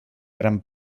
gran